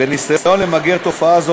בניסיון למגר תופעה זו,